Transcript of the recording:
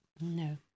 No